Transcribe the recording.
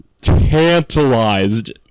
tantalized